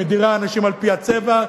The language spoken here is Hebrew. היא מדירה אנשים על-פי הצבע,